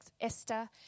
Esther